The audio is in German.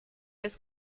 das